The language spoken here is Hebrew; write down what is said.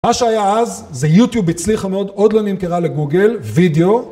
מה שהיה אז זה יוטיוב הצליחה מאוד, עוד לא נמכרה לגוגל, וידאו.